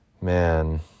Man